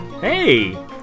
Hey